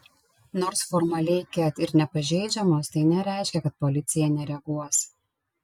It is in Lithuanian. nors formaliai ket ir nepažeidžiamos tai nereiškia kad policija nereaguos